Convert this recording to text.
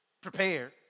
prepared